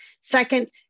Second